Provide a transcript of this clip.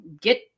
get